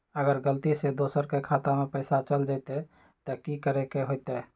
अगर गलती से दोसर के खाता में पैसा चल जताय त की करे के होतय?